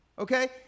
Okay